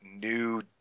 new